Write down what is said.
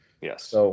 Yes